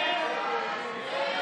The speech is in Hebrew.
יש שני חברי כנסת שביקשו הודעה אישית.